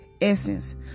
essence